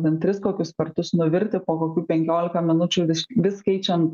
bent tris kokius kartus nuvirti po kokių penkiolika minučių vis keičiant